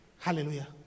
Hallelujah